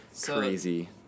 crazy